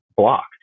Blocked